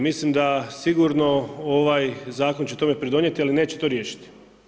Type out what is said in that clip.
Mislim da sigurno ovaj zakon će tome pridonijeti ali neće to riješiti.